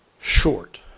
short